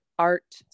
art